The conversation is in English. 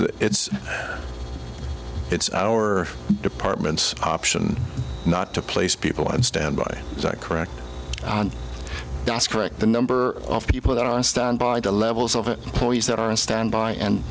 that it's it's our department's option not to place people on standby is that correct correct the number of people that are on standby the levels of poise that are on standby and